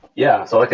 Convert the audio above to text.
yeah. so like